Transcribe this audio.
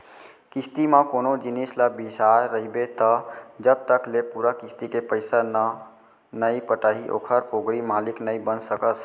किस्ती म कोनो जिनिस ल बिसाय रहिबे त जब तक ले पूरा किस्ती के पइसा ह नइ पटही ओखर पोगरी मालिक नइ बन सकस